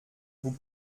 vous